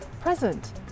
present